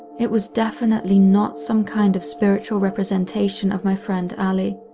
it was definitely not some kind of spiritual representation of my friend allie.